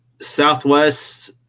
Southwest